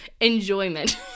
enjoyment